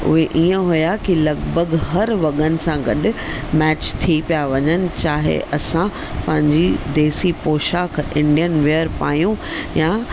उहे ईअं हुआ की लॻभॻि हर वॻनि सां गॾु मैच थी पिया वञनि चाहे असां पंहिंजी देसी पोशाक इंडियन वेयर पायूं या